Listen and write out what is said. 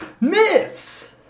Myths